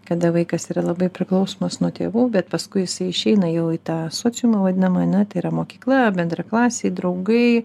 kada vaikas yra labai priklausomas nuo tėvų bet paskui jisai išeina jau į tą sociumą vadinamą ar ne tai yra mokykla bendraklasiai draugai